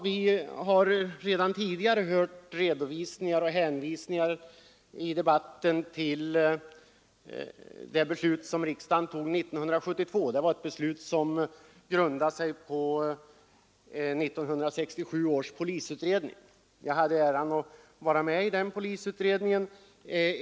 Vi har redan tidigare i debatten hört hänvisningar till det beslut som riksdagen fattade 1972. Det var ett beslut som grundade sig på 1967 års polisutredning. Jag hade äran att vara med i den polisutredningen.